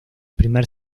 primer